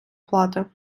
плати